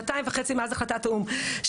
שנתיים וחצי מאז החלטת האו"ם,